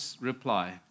reply